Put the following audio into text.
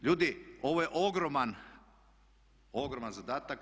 Ljudi ovo je ogroman zadatak.